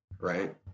Right